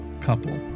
couple